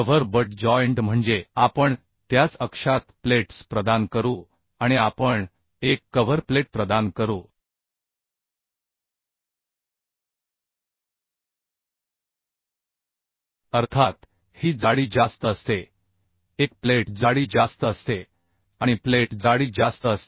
cover butt joint म्हणजे आपण त्याच अक्षात प्लेट्स प्रदान करू आणि आपण एक कव्हर प्लेट प्रदान करू अर्थात ही जाडी जास्त असते एक प्लेट जाडी जास्त असते आणि प्लेट जाडी जास्त असते